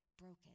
broken